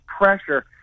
pressure